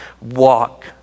walk